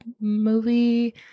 movie